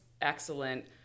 excellent